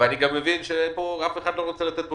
אני גם מבין שאף אחד פה לא רוצה לתת פתרונות.